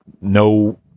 no